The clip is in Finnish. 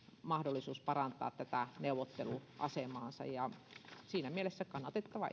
mahdollisuus parantaa tätä neuvotteluasemaan siinä mielessä kannatettava